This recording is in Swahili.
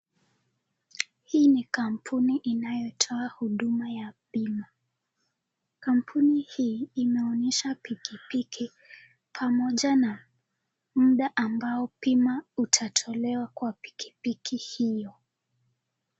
Hii ni kampuni inayo toa huduma ya bima. Kampuni hii inaonyesha pikipiki pamoja na muda ambao bima utatolewa kwa pikipiki hiyo.